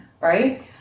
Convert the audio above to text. right